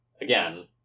again